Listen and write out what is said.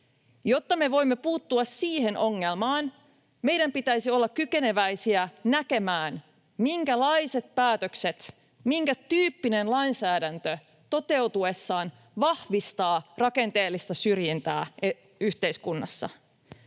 Jotta me voimme puuttua siihen ongelmaan, meidän pitäisi olla kykeneväisiä näkemään, minkälaiset päätökset, minkä tyyppinen lainsäädäntö toteutuessaan vahvistaa rakenteellista syrjintää yhteiskunnassa.